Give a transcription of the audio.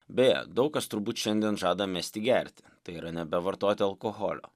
beje daug kas turbūt šiandien žada mesti gerti tai yra nebevartoti alkoholio